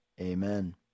Amen